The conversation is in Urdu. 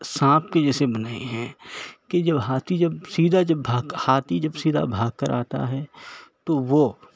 سانپ کے جیسے بنائے ہیں کہ جب ہاتھی جب سیدھا جب بھاگ ہاتھی جب سیدھا بھاگ کر آتا ہے تو وہ